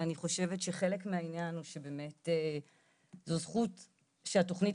ואני חושבת שחלק מהעניין שבאמת זו זכות שהתכנית